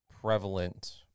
prevalent